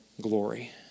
glory